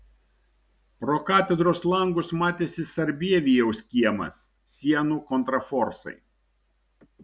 pro katedros langus matėsi sarbievijaus kiemas sienų kontraforsai